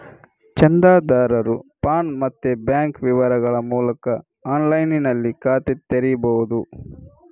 ಚಂದಾದಾರರು ಪಾನ್ ಮತ್ತೆ ಬ್ಯಾಂಕ್ ವಿವರಗಳ ಮೂಲಕ ಆನ್ಲೈನಿನಲ್ಲಿ ಖಾತೆ ತೆರೀಬಹುದು